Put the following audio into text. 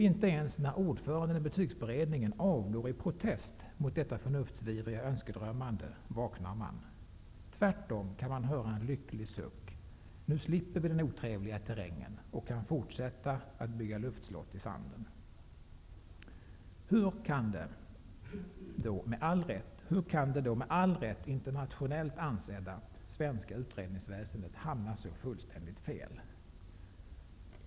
Inte ens när ordföranden i betygsberedningen avgår i protest mot detta förnuftsvidriga önskedrömmande vaknar man. Tvärtom kan man få höra en lycklig suck - nu slipper vi den otrevliga terrängen och kan fortsätta att bygga luftslott i sanden. Hur kan då det, med all rätt, internationellt ansedda svenska utredningsväsendet hamna så fullständigt fel?